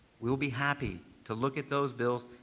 we'll be happy to look at those bills,